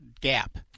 gap